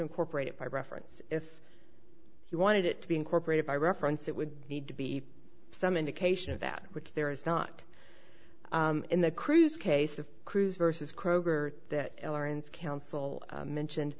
incorporate it by reference if he wanted it to be incorporated by reference it would need to be some indication of that which there is not in the cruise case of cruise versus kroger that ellen's council mentioned